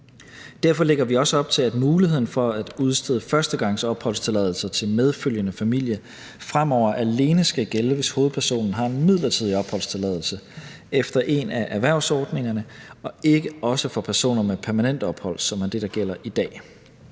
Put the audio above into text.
Derfor lægger vi også op til, at muligheden for at udstede førstegangsopholdstilladelser til medfølgende familie fremover alene skal gælde, hvis hovedpersonen har en midlertidig opholdstilladelse efter en af erhvervsordningerne, og ikke også for personer med permanent ophold, som er det, der gælder i dag.